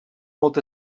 molt